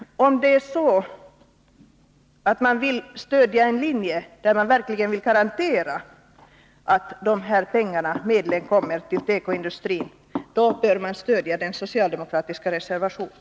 Om man vill stödja en linje där man verkligen garanterar att de här medlen går till tekoindustrin, bör man stödja den socialdemokratiska reservationen.